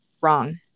wrong